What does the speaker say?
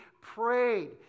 prayed